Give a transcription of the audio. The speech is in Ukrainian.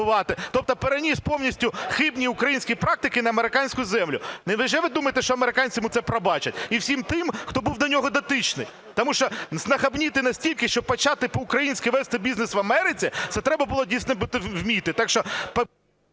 тобто переніс повністю хибні українські практики на американську землю. Невже ви думаєте, що американці йому це пробачать і всім тим, хто був до нього дотичний? Тому що знахабніти настільки, щоб почати по-українськи вести бізнес в Америці – це треба було дійсно вміти.